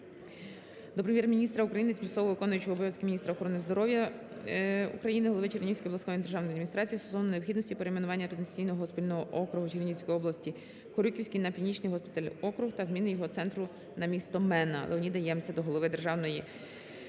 Прем'єр-міністра України, тимчасово виконуючої обов'язки міністра охорони здоров'я України, голови Чернігівської обласної державної адміністрації стосовно необхідності перейменування потенційного госпітального округу Чернігівської області "Корюківський" на "Північний госпітальний округ" та зміни його центру на місто Мена. Леоніда Ємця до голови Державної